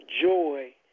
joy